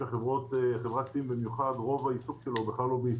שרוב העיסוק של חברת צים הוא בכלל לא בישראל,